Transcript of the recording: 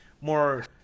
more